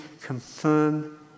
confirm